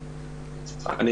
אוקיי, אני